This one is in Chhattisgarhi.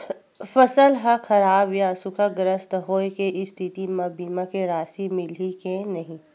फसल खराब या सूखाग्रस्त होय के स्थिति म बीमा के राशि मिलही के नही?